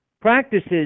practices